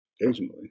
Occasionally